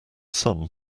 some